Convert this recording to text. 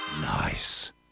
Nice